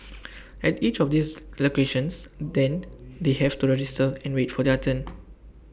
at each of these locations then they have to register and wait for their turn